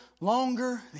longer